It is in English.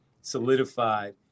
solidified